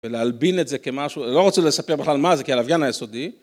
ולהלבין את זה כמשהו, לא רוצה לספר בכלל מה זה, כי הלוויין היה סודי.